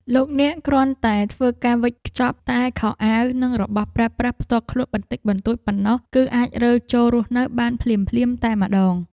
លោកអ្នកគ្រាន់តែធ្វើការវិចខ្ចប់តែខោអាវនិងរបស់ប្រើប្រាស់ផ្ទាល់ខ្លួនបន្តិចបន្តួចប៉ុណ្ណោះគឺអាចរើចូលរស់នៅបានភ្លាមៗតែម្ដង។